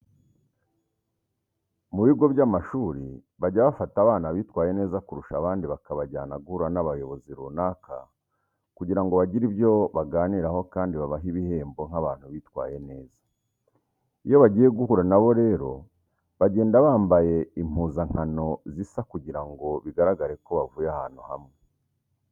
Mu bigo by'amashuri bajya bafata abana bitwaye neza kurusha abandi bakabajyana guhura n'abayobozi runaka kugira ngo bagire ibyo baganiraho kandi babahe ibihembo nk'abantu bitwaye neza. Iyo bagiye guhura na bo rero bagenda bambaye impuzankano zisa kugira ngo bigaragare ko bavuye ahantu hamwe.